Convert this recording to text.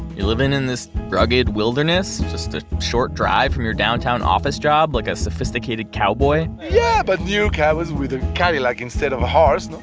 you're living in this rugged wilderness just a short drive from your downtown office job, like a sophisticated cowboy yeah, but new cowboys, with a cadillac instead of a horse,